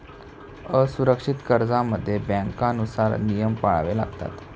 असुरक्षित कर्जांमध्ये बँकांनुसार नियम पाळावे लागतात